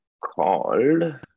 called